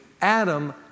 Adam